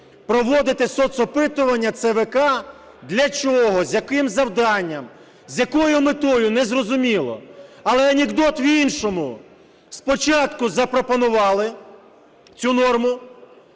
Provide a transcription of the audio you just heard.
проводити соцопитування ЦВК. Для чого, з яким завданням, з якою метою – незрозуміло. Але анекдот в іншому. Спочатку запропонували цю норму.